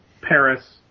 Paris